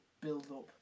build-up